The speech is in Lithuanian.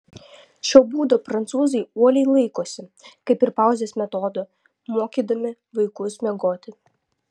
šio būdo prancūzai uoliai laikosi kaip ir pauzės metodo mokydami vaikus miegoti